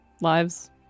lives